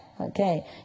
Okay